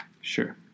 Sure